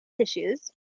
tissues